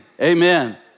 Amen